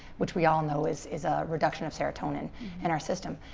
which we all know is is a reduction of serotonin in our system.